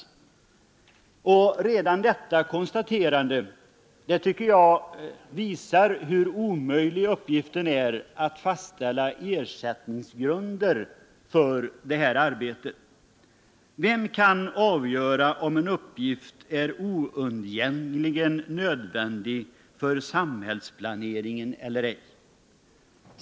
Redan det konstaterandet tycker jag visar hur omöjlig uppgiften är att fastställa ersättningsgrunder för detta arbete. Vem kan avgöra om en uppgift är oundgängligen nödvändig för samhällsplaneringen eller ej?